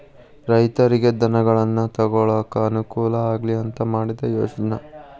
ರೈತರಿಗೆ ಧನಗಳನ್ನಾ ತೊಗೊಳಾಕ ಅನಕೂಲ ಆಗ್ಲಿ ಅಂತಾ ಮಾಡಿದ ಯೋಜ್ನಾ